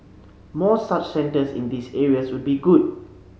more such centres in these areas would be good